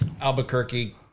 Albuquerque